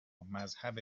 مذهب